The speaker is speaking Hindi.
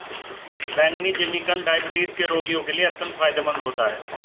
बैंगनी जिमीकंद डायबिटीज के रोगियों के लिए अत्यंत फायदेमंद होता है